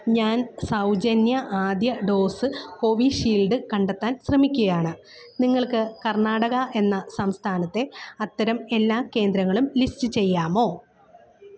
ഞാൻ സൗജന്യ ആദ്യ ഡോസ് കോവിഷീൽഡ് കണ്ടെത്താൻ ശ്രമിക്കുകയാണ് നിങ്ങൾക്ക് കർണാടക എന്ന സംസ്ഥാനത്തെ അത്തരം എല്ലാ കേന്ദ്രങ്ങളും ലിസ്റ്റ് ചെയ്യാമോ